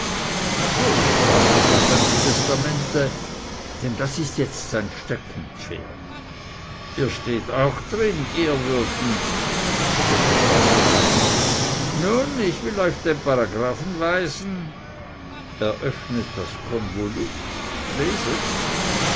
natürlich sprach er von seinem testamente denn das ist jetzt sein steckenpferd ihr steht auch darin ehrwürden ich erschrecke nun ich will euch den paragraphen weisen er öffnet das konvolut leset